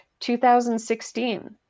2016